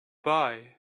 bye